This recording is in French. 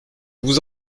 vous